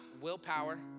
willpower